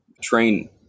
train